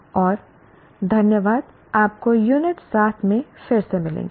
और धन्यवाद आपको यूनिट 7 में फिर से मिलेंगे